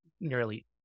nearly